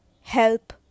Help